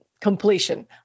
completion